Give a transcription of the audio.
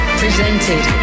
presented